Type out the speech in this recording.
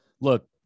look